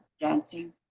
dancing